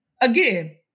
again